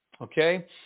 okay